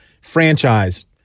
franchise